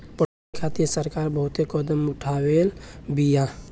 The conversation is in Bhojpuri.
पटौनी खातिर सरकार बहुते कदम उठवले बिया